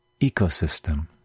ecosystem